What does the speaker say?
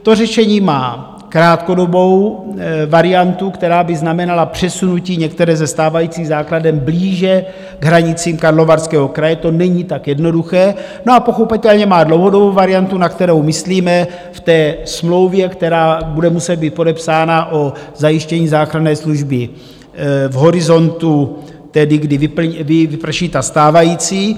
To řešení má krátkodobou variantu, která by znamenala přesunutí některé ze stávajících základen blíže k hranicím Karlovarského kraje, to není tak jednoduché, a pochopitelně má dlouhodobou variantu, na kterou myslíme v té smlouvě, která bude muset být podepsána, o zajištění záchranné služby v horizontu, kdy vyprší ta stávající.